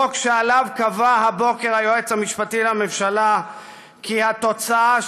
חוק שעליו קבע הבוקר היועץ המשפטי לממשלה כי התוצאה